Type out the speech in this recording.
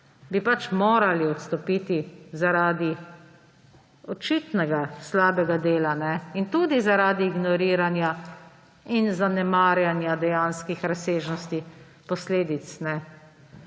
bi pač morali odstopiti zaradi očitnega slabega dela. In tudi zaradi ignoriranja in zanemarjanja dejanskih razsežnosti posledic.